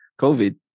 COVID